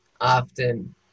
often